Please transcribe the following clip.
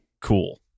Cool